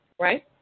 Right